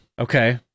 Okay